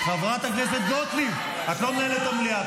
חברת הכנסת גוטליב, את לא מנהלת את המליאה.